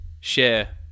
Share